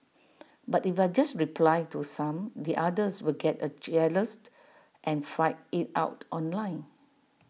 but if I just reply to some the others will get A jealous and fight IT out online